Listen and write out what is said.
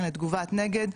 לתגובת נגד,